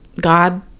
God